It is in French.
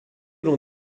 long